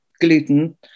gluten